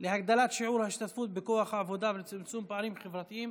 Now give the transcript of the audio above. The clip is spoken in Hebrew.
להגדלת שיעור ההשתתפות בכוח העבודה ולצמצום פערים חברתיים